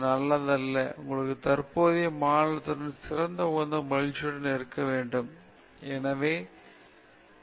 அது நல்லதல்ல உங்களுடைய தற்போதைய மாநிலத்துடன் சில உகந்த மகிழ்ச்சியுடன் இருக்க வேண்டும் இது உங்களுக்கு முன்னேற்றம் மற்றும் முன்னோக்கி நகர்த்துவதற்கு உதவுகிறது